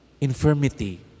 infirmity